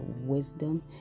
wisdom